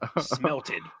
Smelted